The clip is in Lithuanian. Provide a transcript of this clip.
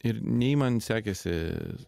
ir nei man sekėsi